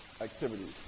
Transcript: activities